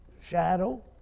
shadow